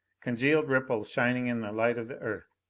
congealed ripples shining in the light of the earth,